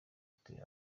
yituye